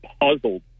puzzled